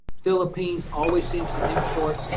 philippines always seems to import.